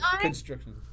Construction